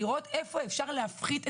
לראות איפה אפשר להפחית,